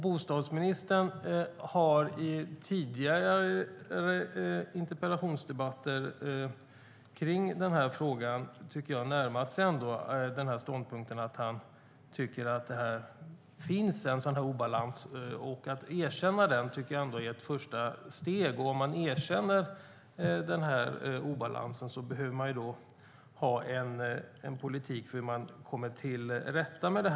Bostadsministern har i tidigare interpellationsdebatter om den här frågan ändå närmat sig ståndpunkten att han tycker att det finns en sådan här obalans. Att erkänna det är ett första steg. Om man erkänner den obalansen behöver man ha en politik för hur man ska komma till rätta med den.